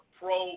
pro